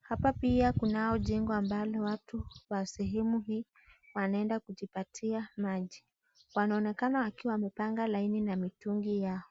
Hapa pia kunao jengo ambalo watu wa sehemu hii wanaenda kujipatia maji . Wanaonekana wakiwa wamepanga laini na mitungi yao .